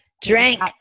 drink